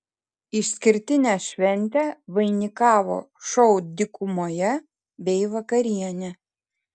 išskirtinę šventę vainikavo šou dykumoje bei vakarienė